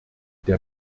der